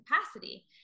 capacity